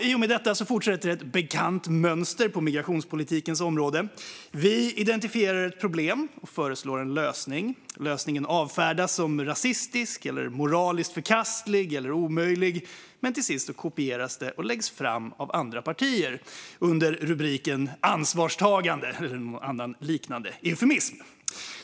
I och med detta fortsätter ett bekant mönster på migrationspolitikens område: Vi identifierar ett problem och föreslår en lösning, lösningen avfärdas som rasistisk, moraliskt förkastlig eller omöjlig, men till sist kopieras den och läggs fram av andra partier under rubriken ansvarstagande eller någon annan liknande eufemism.